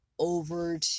over